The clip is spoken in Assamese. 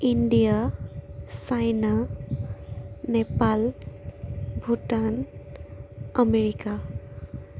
India China Nepal Bhutan America